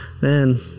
man